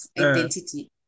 identity